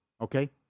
okay